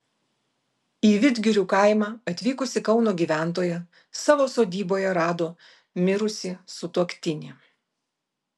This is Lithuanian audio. į vidgirių kaimą atvykusi kauno gyventoja savo sodyboje rado mirusį sutuoktinį